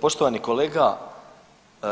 Poštovani kolega